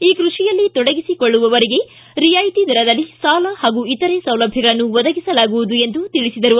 ಈ ಕೃಷಿಯಲ್ಲಿ ತೊಡಗಿಸಿ ಕೊಳ್ಳುವವರಿಗೆ ರಿಯಾಯಿತಿ ದರದಲ್ಲಿ ಸಾಲ ಹಾಗೂ ಇತರ ಸೌಲಭ್ಯಗಳನ್ನು ಒದಗಿಸಲಾಗುವುದು ಎಂದು ತಿಳಿಸಿದರು